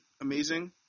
amazing